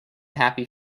happy